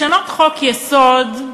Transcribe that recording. לשנות חוק-יסוד,